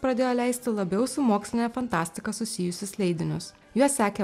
pradėjo leisti labiau su moksline fantastika susijusius leidinius juos sekė